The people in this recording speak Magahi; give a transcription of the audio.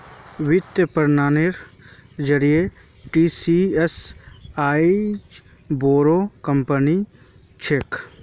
वित्तीय प्रतिरूपनेर जरिए टीसीएस आईज बोरो कंपनी छिके